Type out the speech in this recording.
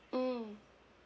mm